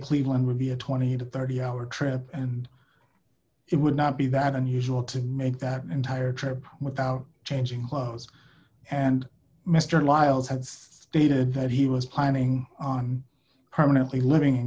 cleveland would be a twenty to thirty hour trip and it would not be that unusual to make that entire trip without changing clothes and mr lyles had stated that he was planning on permanently living in